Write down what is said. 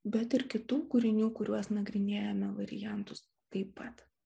bet ir kitų kūrinių kuriuos nagrinėjame variantus taip pat